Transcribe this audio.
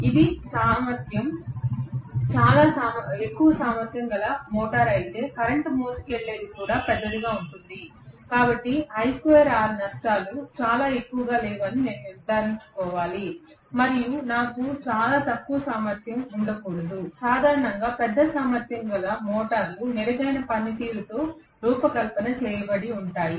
ఇది చాలా ఎక్కువ సామర్థ్యం గల మోటారు అయితే కరెంట్ మోసుకెళ్ళేది కూడా పెద్దదిగా ఉంటుంది కాబట్టి నష్టాలు చాలా ఎక్కువగా లేవని నేను నిర్ధారించుకోవాలి మరియు నాకు చాలా తక్కువ సామర్థ్యం ఉండకూడదు సాధారణంగా పెద్ద సామర్థ్యం గల మోటార్లు మెరుగైన పనితీరుతో రూపకల్పనలో ఉంటాయి